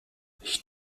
ich